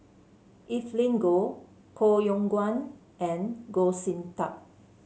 Evelyn Goh Koh Yong Guan and Goh Sin Tub